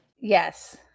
Yes